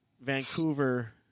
Vancouver